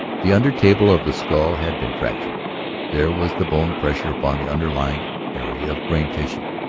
the under-table of the skull had been fractured there was the bone pressure upon the underlying area of brain-tissue.